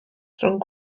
rhwng